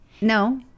No